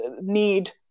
need